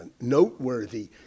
noteworthy